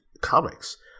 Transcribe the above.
comics